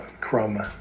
crumb